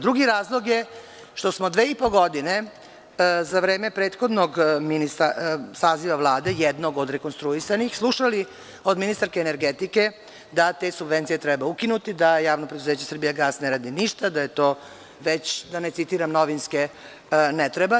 Drugi razlog je što smo dve i po godine za vreme prethodnog saziva Vlade, jednog od rekonstruisanih, slušali od ministarke energetike da te subvencije treba ukinuti, da javno preduzeće „Srbijagas“ ne radi ništa, da je to…, da ne citiram već novinske, ne treba.